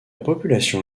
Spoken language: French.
population